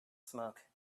smoke